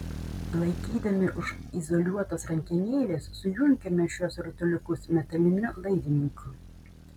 laikydami už izoliuotos rankenėlės sujunkime šiuos rutuliukus metaliniu laidininku